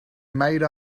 made